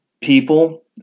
people